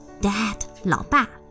Dad,老爸